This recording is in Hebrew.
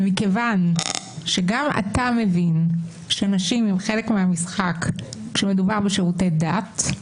ומכיוון שגם אתה מבין שנשים הן חלק מהמשחק כשמדובר בשירותי דת,